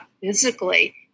physically